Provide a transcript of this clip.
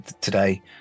today